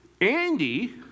Andy